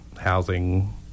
housing